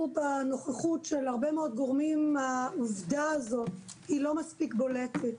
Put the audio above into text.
בנוכחות של הרבה מאוד גורמים העובדה הזאת לא מספיק בולטת,